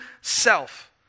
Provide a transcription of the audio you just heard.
self